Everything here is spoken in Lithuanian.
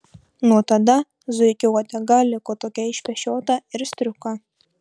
nuo tada zuikio uodega liko tokia išpešiota ir striuka